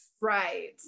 right